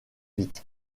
vite